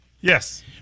Yes